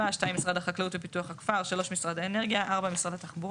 "מצב הטבע בישראל" מצב המערכות האקולוגיות